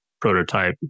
prototype